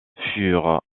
furent